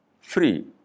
free